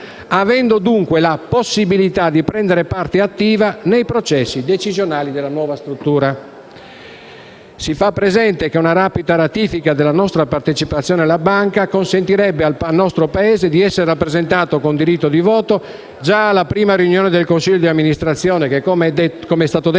avendo dunque la possibilità di prendere parte attiva nei processi decisionali della nuova struttura. Si fa presente che una rapida ratifica della nostra partecipazione alla Banca consentirebbe al nostro Paese di essere rappresentato, con diritto di voto, già alla prima riunione del consiglio d'amministrazione che, come è stato detto